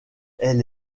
elle